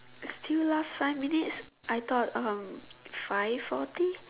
still last five minutes I thought um five forty